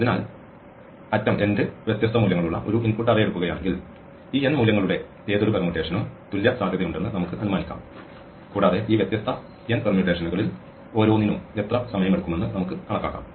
അതിനാൽ അറ്റം വ്യത്യസ്ഥ മൂല്യങ്ങളുള്ള ഒരു ഇൻപുട്ട് അറേ എടുക്കുകയാണെങ്കിൽ ഈ n മൂല്യങ്ങളുടെ ഏതൊരു പെർമ്യൂട്ടേഷനും തുല്യ സാധ്യതയുണ്ടെന്ന് നമുക്ക് അനുമാനിക്കാം കൂടാതെ ഈ വ്യത്യസ്ത n പെർമുട്ടേഷനുകളിൽ ഓരോന്നിനും എത്ര സമയമെടുക്കുമെന്ന് നമുക്ക് കണക്കാക്കാം